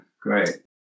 great